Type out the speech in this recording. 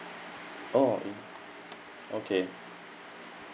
oh okay